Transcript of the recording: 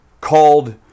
called